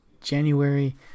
January